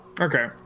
Okay